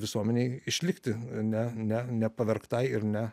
visuomenei išlikti ne ne nepavergtai ir ne